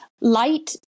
light